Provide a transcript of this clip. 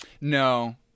No